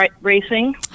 racing